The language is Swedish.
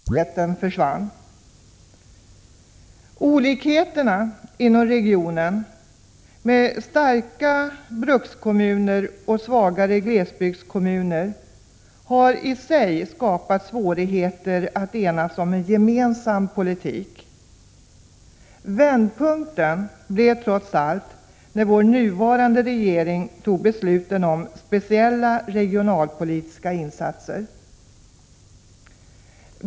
Herr talman! Under de år som jag har varit ledamot av riksdagen har de regionalpolitiska insatserna fokuserats på områden som tidigare kändes som både trygga och oföränderliga. Bergslagen är ganska typisk för de förändringar som skett på arbetsmarknaden och inom näringslivet. Jag har inte för avsikt att räkna upp effekterna av de hittillsvarande strukturförändringar som skett inom området. Vi bergslagsbor, som levt i en sorts stor-pappatrygghet i storföretagens varma skugga, fick smärtsamt se hur tryggheten försvann. Olikheterna inom regionen, med starka brukskommuner och svagare glesbygdskommuner, har i sig skapat svårigheter att uppnå enighet om en gemensam politik. Vändpunkten kom trots allt när vår nuvarande regering fattade besluten om speciella regionalpolitiska insatser.